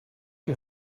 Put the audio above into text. you